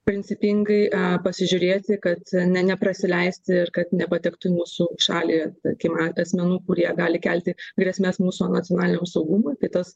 principingai a pasižiūrėti kad ne neprasileisti kad nepatektų į mūsų šalį tarkime asmenų kurie gali kelti grėsmes mūsų nacionaliniam saugumui tai tas